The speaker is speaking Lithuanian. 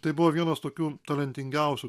tai buvo vienas tokių talentingiausių